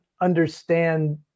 understand